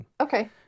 okay